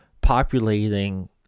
populating